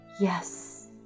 yes